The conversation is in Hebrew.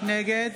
נגד